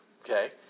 Okay